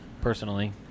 personally